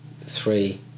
three